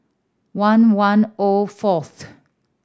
one one O fourth